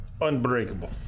Unbreakable